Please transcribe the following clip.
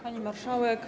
Pani Marszałek!